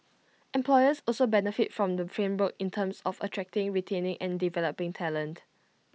employers also benefit from the framework in terms of attracting retaining and developing talent